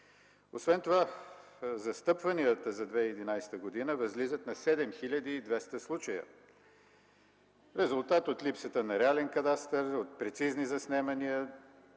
Освен това застъпванията за 2011 г. възлизат на 7200 случая – резултат от липсата на реален кадастър, от прецизни заснемания,